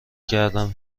کردهام